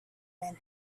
man